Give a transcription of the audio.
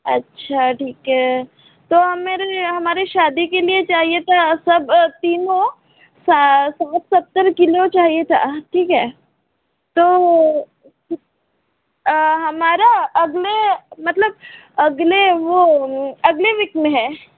अच्छा ठीक है तो हमे हमारी शादी के लिए चाहिए था सब तीनों सा साठ सत्तर किलो चाहिए था ठीक है तो हमारा अगले मतलब अगले वो अगले वीक में है